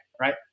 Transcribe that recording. Right